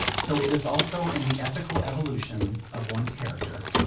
so it is also in the ethical evolution of one's character.